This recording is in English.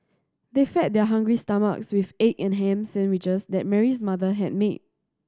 they fed their hungry stomachs with the egg and ham sandwiches that Mary's mother had made